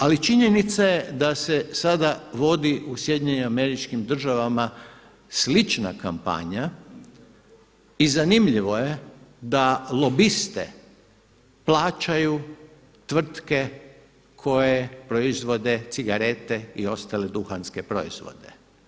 Ali činjenica je da se sada vodi u SAD-u slična kampanja i zanimljivo je da lobiste plaćaju tvrtke koje proizvode cigarete i ostale duhanske proizvode.